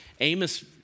Amos